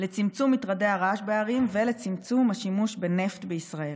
לצמצום מטרדי הרעש בערים ולצמצום השימוש בנפט בישראל.